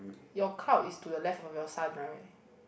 your cloud is to the left of your sun right